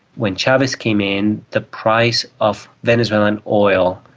when chavez came in, the price of venezuelan oil,